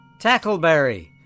Tackleberry